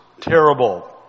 terrible